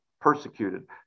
persecuted